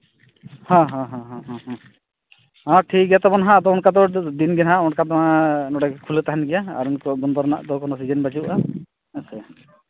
ᱦᱮᱸ ᱦᱮᱸ ᱦᱮᱸ ᱦᱮᱸ ᱴᱷᱤᱠ ᱜᱮᱭᱟ ᱛᱟᱵᱚᱱ ᱦᱟᱸᱜ ᱟᱫᱚ ᱚᱱᱠᱟ ᱫᱚ ᱫᱤᱱᱜᱮ ᱦᱟᱸᱜ ᱚᱱᱠᱟ ᱫᱚ ᱱᱚᱰᱮ ᱠᱷᱩᱞᱟᱹᱣ ᱛᱟᱦᱮᱱ ᱜᱮᱭᱟ ᱟᱨ ᱱᱤᱛᱚᱜ ᱵᱚᱱᱫᱚ ᱨᱮᱭᱟᱜ ᱫᱚ ᱥᱤᱡᱮᱱ ᱵᱟᱹᱪᱩᱜᱼᱟ ᱦᱮᱸᱥᱮ